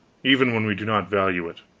even when we do not value it.